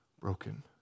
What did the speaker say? broken